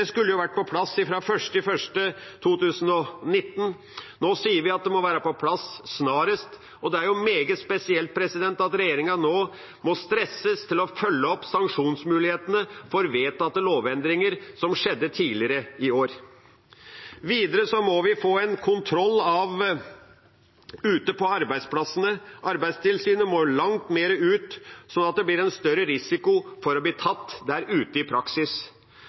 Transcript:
skulle vært på plass fra 1. januar 2019. Nå sier vi at det må være på plass snarest, og det er jo meget spesielt at regjeringa nå må stresses til å følge opp sanksjonsmulighetene for vedtatte lovendringer som skjedde tidligere i år. Videre må vi få en kontroll ute på arbeidsplassene. Arbeidstilsynet må mer ut, slik at det blir en større risiko for å bli tatt i praksis.